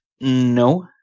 No